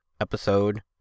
episode